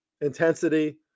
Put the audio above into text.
intensity